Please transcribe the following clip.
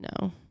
no